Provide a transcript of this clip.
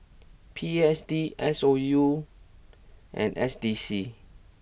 P S D S O U and S D C